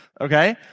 okay